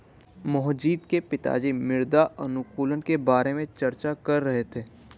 मोहजीत के पिताजी मृदा अनुकूलक के बारे में चर्चा कर रहे थे